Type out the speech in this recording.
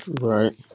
Right